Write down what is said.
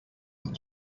amb